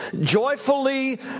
joyfully